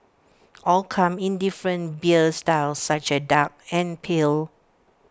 all come in different beer styles such as dark and pale